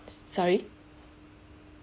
sorry